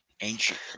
Ancient